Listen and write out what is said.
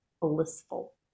blissful